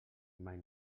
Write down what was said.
mai